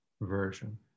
version